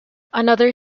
another